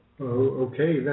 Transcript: okay